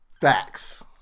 Facts